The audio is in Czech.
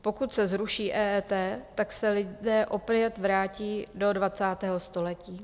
Pokud se zruší EET, tak se lidé opět vrátí do dvacátého století.